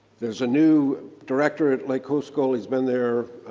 there's a new director at lake hovsgol. he's been there